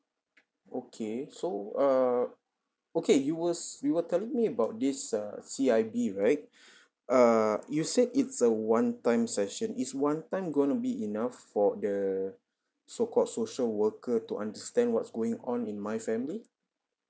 okay so err okay you was you were telling me about this uh C_I_B right err you said it's a one time session is one time going to be enough for the so called social worker to understand what's going on in my family